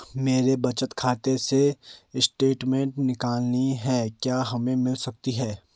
मेरे बचत खाते से स्टेटमेंट निकालनी है क्या हमें मिल सकती है?